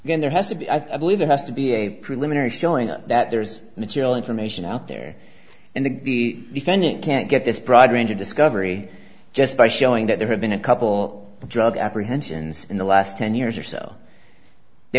again there has to be i believe there has to be a preliminary showing that there's material information out there and the defendant can't get this broad range of discovery just by showing that there have been a couple of drug apprehensions in the last ten years or so they